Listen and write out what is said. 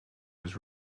was